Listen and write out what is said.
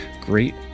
great